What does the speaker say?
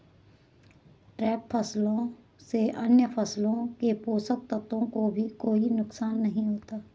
trap फसलों से अन्य फसलों के पोषक तत्वों को भी कोई नुकसान नहीं होता